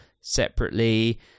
separately